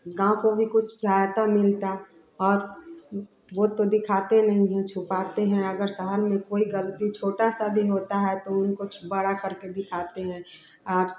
गाँव को भी कुछ सहायता मिलती और वे तो दिखाते नहीं छुपाते हैं अगर शहर में कोई ग़लती छोटी सी भी होती है तो उनको बड़ा करके दिखाते हैं और